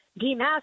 demask